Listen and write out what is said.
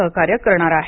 सहकार्य करणार आहे